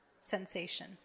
sensation